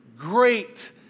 Great